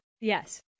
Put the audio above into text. Yes